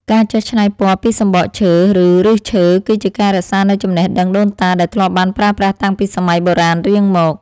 ការចេះច្នៃពណ៌ពីសំបកឈើ ឬ ឫសឈើ គឺជាការរក្សានូវចំណេះដឹងដូនតាដែលធ្លាប់បានប្រើប្រាស់តាំងពីសម័យបុរាណរៀងមក។